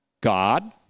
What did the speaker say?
God